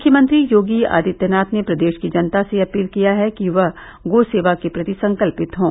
मुख्यमंत्री योगी आदित्यनाथ ने प्रदेश की जनता से अपील की है कि वह गो सेवा के प्रति संकल्पित हों